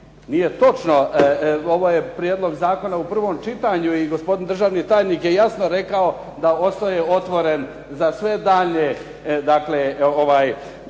Nije točno, ovaj je Prijedlog zakona je u prvom čitanju i gospodin državni tajnik je jasno rekao da ostaje otvoren za sve daljnje prijedloge